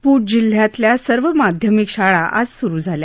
पुछ जिल्ह्यातल्या सर्व माध्यमिक शाळा आज सुरु झाल्या